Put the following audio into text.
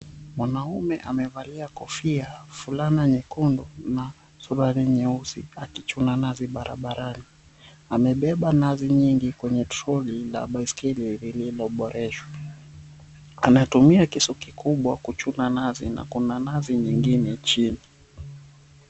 Mwanaume amevalia kofia, fulana nyekundu na suruali nyeusi akichuna nazi barabarani, amebeba nazi nyingi kwenye troli la baiskeli liliyoboreshwa. Anatumia kisu kikubwa kuchuna nazi na kuna nazi nyingine chini.